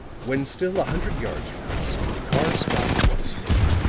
when still a hundred yards from this the car stopped once more